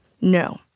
No